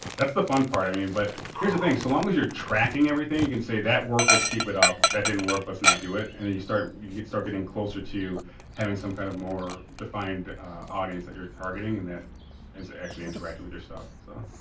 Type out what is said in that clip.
that's the fun part. i mean, but here's the thing. so long as you're tracking everything you can say that worked, let's keep it up, that didn't work, let's not do it. and then you start you start getting closer to having some kind of more defined audience that you're targeting and that is actually interacted with your stuff. so,